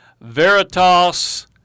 Veritas